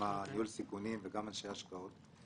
גם ניהול סיכונים וגם אנשי השקעות.